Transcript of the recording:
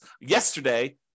yesterday